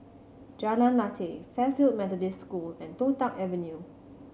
Jalan Lateh Fairfield Methodist School and Toh Tuck Avenue